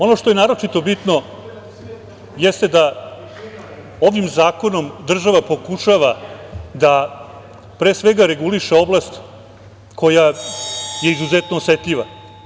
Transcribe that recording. Ono što je naročito bitno jeste da ovim zakonom država pokušava da pre svega reguliše oblast koja je izuzetno osetljiva.